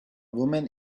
woman